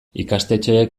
ikastetxeek